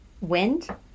Wind